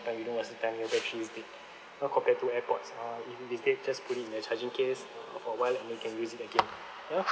time you know what's the time whether they are not compared to airpods uh if it's dead just put it in the charging case for a while and you can use it again ya